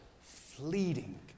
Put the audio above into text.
fleeting